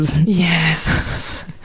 yes